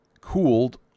cooled